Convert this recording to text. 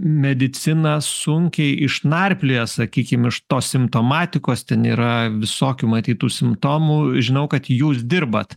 medicina sunkiai išnarplioja sakykim iš tos simptomatikos ten yra visokių matytų simptomų žinau kad jūs dirbat